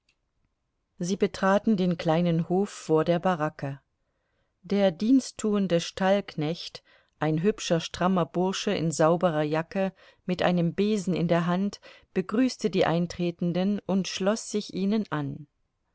sie betraten den kleinen hof vor der baracke der diensttuende stallknecht ein hübscher strammer bursche in sauberer jacke mit einem besen in der hand begrüßte die eintretenden und schloß sich ihnen an